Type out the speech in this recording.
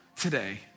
today